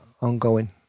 ongoing